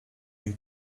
you